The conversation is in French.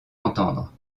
entendre